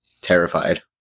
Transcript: terrified